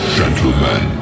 gentlemen